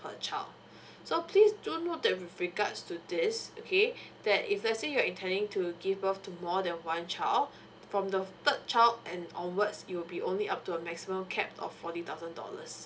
child so please do note that with regards to this okay that if let's say you're intending to give birth to more than one child from the third child and onwards you'll be only up to a maximum cap of forty thousand dollars